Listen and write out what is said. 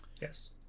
Yes